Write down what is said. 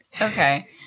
okay